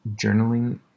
Journaling